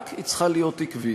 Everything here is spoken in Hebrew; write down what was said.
רק שהיא צריכה להיות עקבית.